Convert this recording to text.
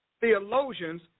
theologians